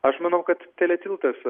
aš manau kad teletiltas